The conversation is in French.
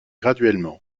graduellement